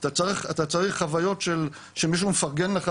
אתה צריך חוויות שמישהו מפרגן לך,